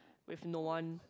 with no one